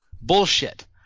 Bullshit